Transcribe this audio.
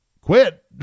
Quit